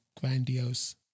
grandiose